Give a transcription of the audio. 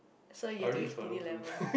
so you have to reach D_D level